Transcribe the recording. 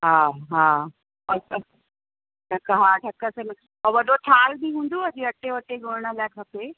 हा हा और ढक हा ढक सां मतलबु ऐं वॾो थाल्ह बि हूंदव जीअं अटे वटे ॻोल्हण लाइ खपे